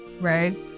right